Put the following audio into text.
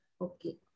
Okay